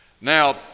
Now